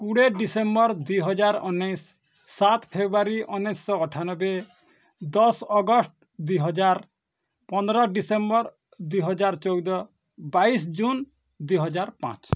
କୁଡ଼େ ଡ଼ିସେମ୍ବର୍ ଦୁଇ ହଜାର ଅନେଇଶ୍ ସାତ୍ ଫେବୃୟାରୀ ଅନେଇଶ ଅଠାନବେ ଦଶ୍ ଅଗଷ୍ଟ ଦୁଇହଜାର ପନ୍ଦର୍ ଡ଼ିସେମ୍ବର ଦୁଇହଜାର ଚଉଦ ବାଇଶ୍ ଜୁନ୍ ଦୁଇହଜାର ପାଞ୍ଚ୍